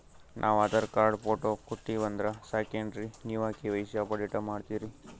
ನಾವು Aadhaar card, photo ಕೊಟ್ಟೀವಂದ್ರ ಸಾಕೇನ್ರಿ ನೀವ ಕೆ.ವೈ.ಸಿ ಅಪಡೇಟ ಮಾಡ್ತೀರಿ?